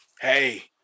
hey